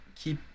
keep